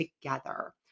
together